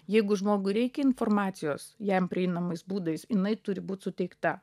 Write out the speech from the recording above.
jeigu žmogui reikia informacijos jam prieinamais būdais jinai turi būt suteikta